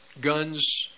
guns